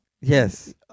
Yes